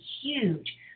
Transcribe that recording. huge